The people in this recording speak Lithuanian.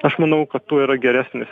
aš manau kad tuo yra geresnė